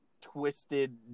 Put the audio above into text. twisted